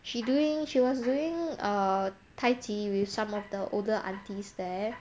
she doing she was doing err tai chi with some of the older aunties there